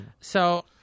So-